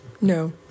No